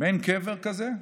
קבר כזה,